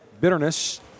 bitterness